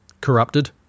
corrupted